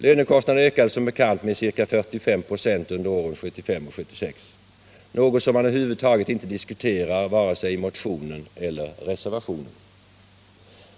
Lönekostnaderna ökade som bekant med ca 45 96 under åren 1975 och 1976, något som man över huvud taget inte diskuterar, vare sig i motionen eller i reservationen.